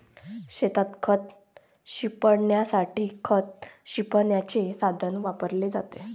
शेतात खत शिंपडण्यासाठी खत शिंपडण्याचे साधन वापरले जाते